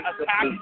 attack